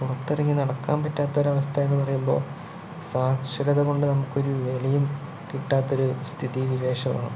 പുറത്തിറങ്ങി നടക്കാൻപറ്റാത്ത ഒരവസ്ഥ എന്ന് പറയുമ്പോൾ സാക്ഷരതകൊണ്ട് നമുക്കൊരു വിലയും കിട്ടാത്തൊരു സ്ഥിതി വിശേഷമാണ്